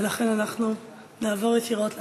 ולכן אנחנו נעבור ישירות להצבעה.